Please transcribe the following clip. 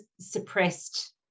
suppressed